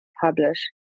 publish